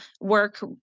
work